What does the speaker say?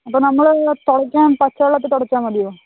അത് നമ്മള് തുടയ്ക്കാൻ പച്ചവെള്ളത്തിൽ തുടച്ചാൽ മതിയോ